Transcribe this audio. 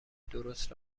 درست